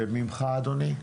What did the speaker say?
וממך, אדוני,